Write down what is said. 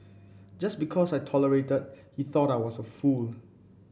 just because I tolerated he thought I was a fool